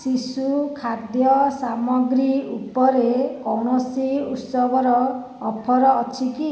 ଶିଶୁ ଖାଦ୍ୟ ସାମଗ୍ରୀ ଉପରେ କୌଣସି ଉତ୍ସବର ଅଫର୍ ଅଛି କି